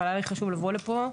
אבל היה לי חשוב לבוא לכאן,